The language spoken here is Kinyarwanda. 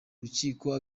rukiko